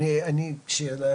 אני מזכיר לכולם,